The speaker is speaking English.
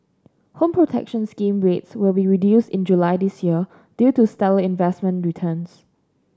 Home Protection Scheme rates will be reduced in July this year due to stellar investment returns